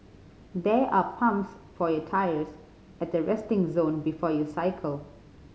there are pumps for your tyres at the resting zone before you cycle